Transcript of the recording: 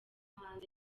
hanze